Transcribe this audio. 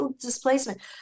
displacement